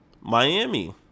Miami